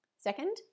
Second